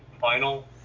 final